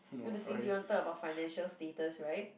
you want to since you want to talk about financial status [right]